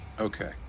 Okay